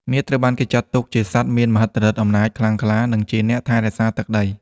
នាគ ត្រូវបានគេចាត់ទុកជាសត្វមានឫទ្ធិអំណាចខ្លាំងក្លា និងជាអ្នកថែរក្សាទឹកដី។